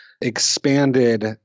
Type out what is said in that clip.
expanded